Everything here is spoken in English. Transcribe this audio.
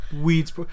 weed's